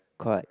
correct